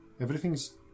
Everything's